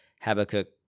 Habakkuk